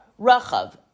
Rachav